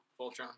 Voltron